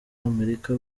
amerika